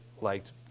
liked